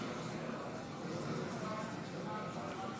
חברות וחברי